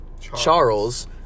Charles